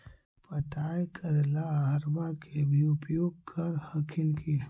पटाय करे ला अहर्बा के भी उपयोग कर हखिन की?